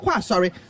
sorry